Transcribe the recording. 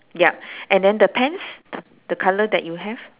yup and then the pants the colour that you have